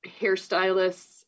hairstylists